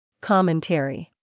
Commentary